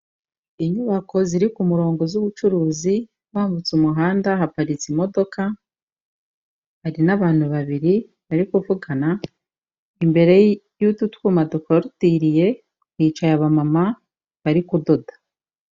Inyubako ziri ku ku murongo z'ubucuruzi, wambutse umuhanda haparitse imodoka, hari n'abantu babiri bari kuvugana, imbere y'utu twuma dukorutiriye hicaye abamama bari kudoda.